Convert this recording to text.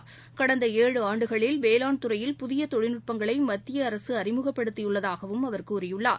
வேளாண் கடந்த ஏழு ஆண்டுகளில் துறையில் புதியதொழில்நுட்பங்களைமத்தியஅரசுஅறிமுகப்படுத்தியுள்ளதாகவம் அவர் கூறியுள்ளார்